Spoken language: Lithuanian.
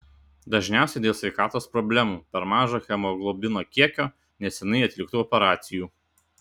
dažniausiai dėl sveikatos problemų per mažo hemoglobino kiekio neseniai atliktų operacijų